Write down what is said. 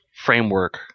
framework